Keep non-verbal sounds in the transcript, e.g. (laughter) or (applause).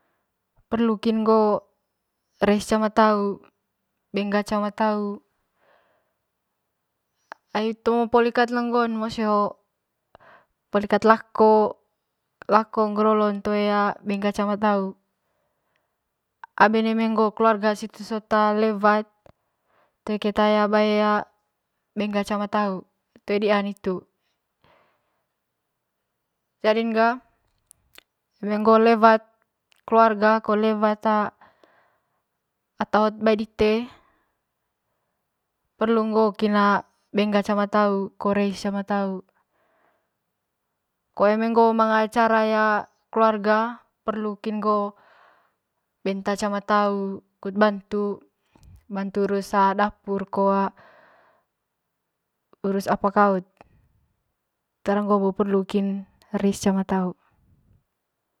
Perlu kin ngo reis cama tau beng'a cama tau ai ngo'o hitu poli kat le ngo'o mose ho'o poli kat lako, lako nger olon toe bae (hesitation) beng'a cama tau aben eme ngo keluarga situ sot lewat toe keta bae beng'a cama tau toe di'an ngitu jading ga eme ngo lewat leuarga ko lewat ata hot bae dite perlu ko ngo beng'a cama tau reis cama tau ko eme ngo manga acara kelarga perlu kin ngo benta cama tau kut bantang bantu urus dapur ko (hesitation) urus apa kaut tara ngo bo perlu kin reis cama tau.